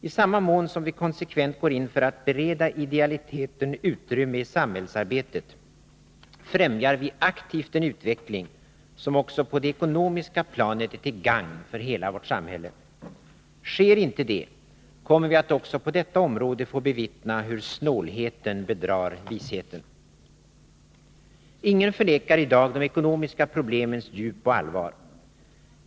I samma mån som vi konsekvent går in för att bereda idealiteten utrymme i samhällsarbetet främjar vi aktivt en utveckling som också på det ekonomiska planet är till gagn för hela vårt samhälle. Sker inte det, kommer vi att också på detta område få bevittna hur snålheten bedrar visheten. Ingen förnekar i dag de ekonomiska problemens djup och allvar.